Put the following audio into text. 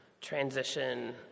transition